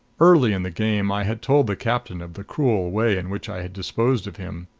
early in the game i had told the captain of the cruel way in which i had disposed of him.